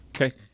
Okay